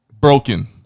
broken